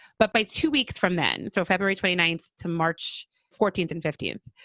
but by two weeks from then, so february twenty ninth to march fourteenth and fifteenth,